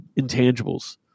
intangibles